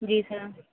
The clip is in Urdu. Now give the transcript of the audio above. جی سر